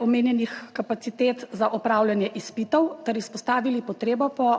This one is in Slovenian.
omenjenih kapacitet za opravljanje izpitov ter izpostavili potrebo po